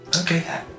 Okay